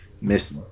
Miss